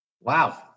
Wow